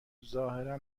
ظاهرا